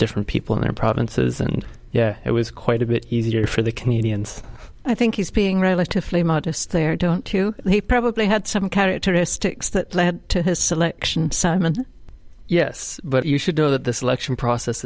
different people in the provinces and yeah it was quite a bit easier for the comedians i think he's being relatively modest there don't you he probably had some characteristics that led to his selection simon yes but you should know that the selection process